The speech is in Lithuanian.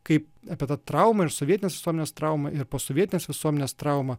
kaip apie tą traumą ir sovietinės visuomenės traumą ir posovietinės visuomenės traumą